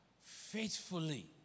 faithfully